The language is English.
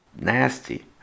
nasty